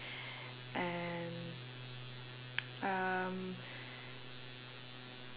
and um